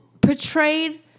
portrayed